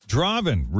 Draven